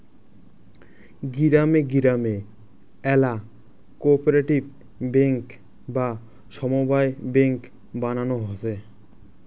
গিরামে গিরামে আল্যা কোপরেটিভ বেঙ্ক বা সমব্যায় বেঙ্ক বানানো হসে